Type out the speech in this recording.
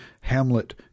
Hamlet